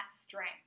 strength